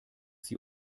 sie